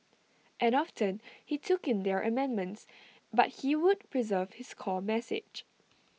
and often he took in their amendments but he would preserve his core message